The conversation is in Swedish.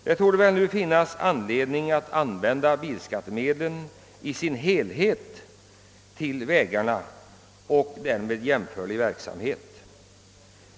Det torde väl nu finnas anledning att använda bilskattemedlen i dess helhet till vägarna och därmed samanhängande arbeten.